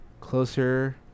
closer